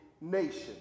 nation